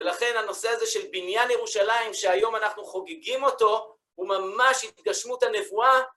ולכן הנושא הזה של בניין ירושלים, שהיום אנחנו חוגגים אותו, הוא ממש התגשמות הנבואה.